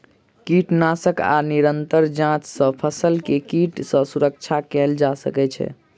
कीटनाशक आ निरंतर जांच सॅ फसिल के कीट सॅ सुरक्षा कयल जा सकै छै